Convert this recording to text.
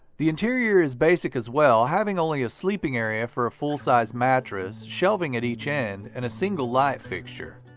the interior is basic, as well, having only a sleeping area for a full-sized mattress, shelving at each end, and a single light fixture.